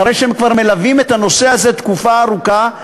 אחרי שהם מלווים את הנושא הזה תקופה ארוכה,